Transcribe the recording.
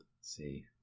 see